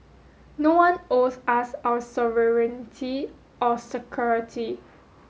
no one owes us our sovereignty or security